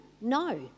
No